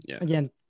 Again